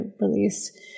release